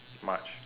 much